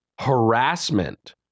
harassment